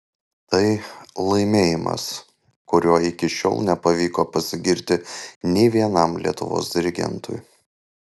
tai laimėjimas kuriuo iki šiol nepavyko pasigirti nei vienam lietuvos dirigentui